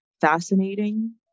fascinating